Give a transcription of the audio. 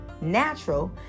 natural